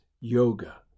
yoga